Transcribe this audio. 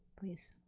please.